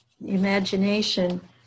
imagination